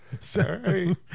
Sorry